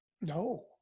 No